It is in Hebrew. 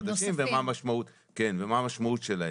כמו שאמרתי קודם,